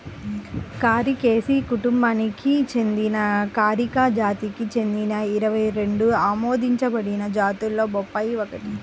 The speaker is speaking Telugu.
కారికేసి కుటుంబానికి చెందిన కారికా జాతికి చెందిన ఇరవై రెండు ఆమోదించబడిన జాతులలో బొప్పాయి ఒకటి